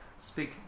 speak